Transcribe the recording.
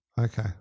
Okay